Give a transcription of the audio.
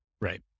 Right